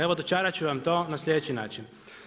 Evo, dočarati ću vam to na sljedeći način.